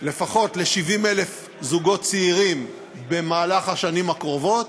ל-70,000 זוגות צעירים במהלך השנים הקרובות,